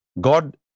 God